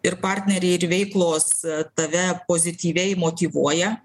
ir partneriai ir veiklos tave pozityviai motyvuoja